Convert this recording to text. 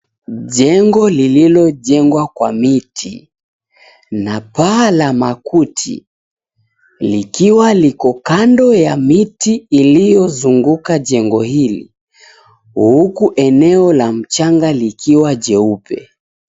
Jengo lililojengwa kwa miti na paa la makuti ikiwa liko kando ya miti iliyozunguka jengo hili, uku eneo la mchanga likiwa jeupe.